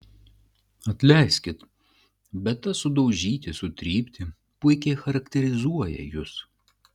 atleiskit bet tas sudaužyti sutrypti puikiai charakterizuoja jus